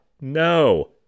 No